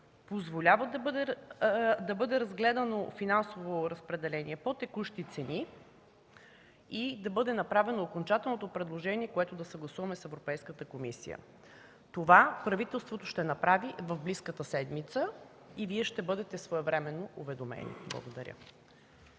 позволява да бъде разгледано финансово разпределение по текущи цени и да бъде направено окончателното предложение, което да съгласуваме с Европейската комисия. Това правителството ще направи в близката седмица и Вие ще бъдете своевременно уведомени. Благодаря.